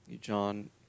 John